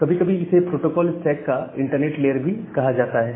कभी कभी इसे प्रोटोकोल स्टैक का इंटरनेट लेयर भी कहा जाता है